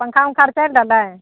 पङ्खा ओङ्खा आर चलि रहलै